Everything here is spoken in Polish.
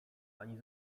pani